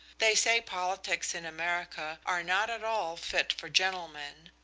they say politics in america are not at all fit for gentlemen,